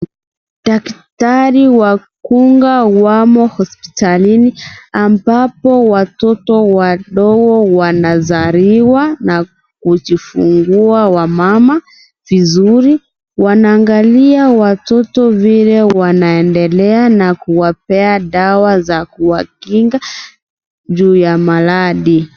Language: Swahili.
Daktari wakunga wamo hospitalini ambapo watoto wadogo wanazaliwa na kujifungua wamama vizuri wanaangalia watoto vile wanaendelea na kuwapea dawa za kuwakinga juu ya maradhi.